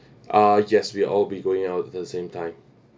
uh yes we all be going out at the same time